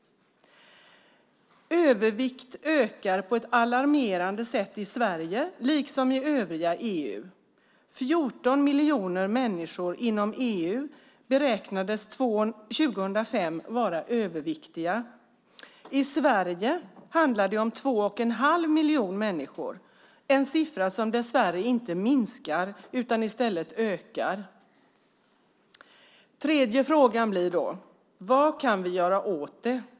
Övervikt ökar på ett alarmerande sätt i Sverige liksom i övriga EU. 14 miljoner människor inom EU beräknades vara överviktiga 2005. I Sverige handlar det om två och en halv miljon människor. Det är en siffra som dessvärre inte minskar utan ökar. Den tredje frågan blir: Vad kan vi göra åt det?